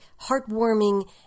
heartwarming